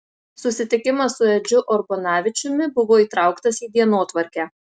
susitikimas su edžiu urbanavičiumi buvo įtrauktas į dienotvarkę